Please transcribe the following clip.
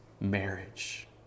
marriage